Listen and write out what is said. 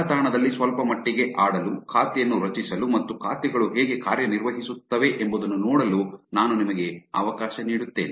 ಜಾಲತಾಣದಲ್ಲಿ ಸ್ವಲ್ಪಮಟ್ಟಿಗೆ ಆಡಲು ಖಾತೆಯನ್ನು ರಚಿಸಲು ಮತ್ತು ಖಾತೆಗಳು ಹೇಗೆ ಕಾರ್ಯನಿರ್ವಹಿಸುತ್ತವೆ ಎಂಬುದನ್ನು ನೋಡಲು ನಾನು ನಿಮಗೆ ಅವಕಾಶ ನೀಡುತ್ತೇನೆ